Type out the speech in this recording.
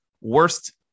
Worst